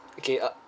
okay uh